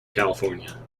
california